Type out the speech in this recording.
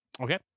Okay